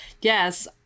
Yes